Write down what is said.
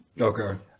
Okay